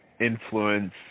influence